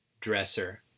dresser